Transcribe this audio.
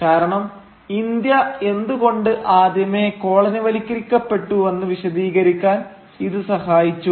കാരണം ഇന്ത്യ എന്തുകൊണ്ട് ആദ്യമേ കോളനിവൽക്കരിക്കപ്പെട്ടുവെന്ന് വിശദീകരിക്കാൻ ഇത് സഹായിച്ചു